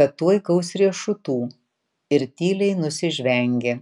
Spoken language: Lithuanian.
kad tuoj gaus riešutų ir tyliai nusižvengė